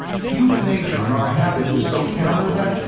human nature and our habit is so counter that.